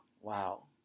Wow